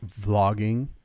vlogging